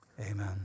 amen